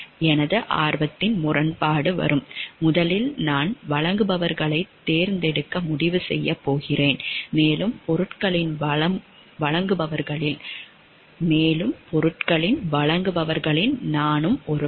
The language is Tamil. எனது ஆர்வத்தின் முரண்பாடு வரும் முதலில் நான் வழங்குபவர்களைத் தேர்ந்தெடுக்க முடிவு செய்யப் போகிறேன் மேலும் பொருட்களின் வழங்குபவர்களில் நானும் ஒருவன்